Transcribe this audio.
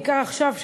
בעיקר עכשיו,